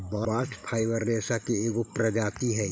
bast fibre रेसा के एगो प्रजाति हई